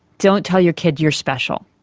don't tell your kid you're special,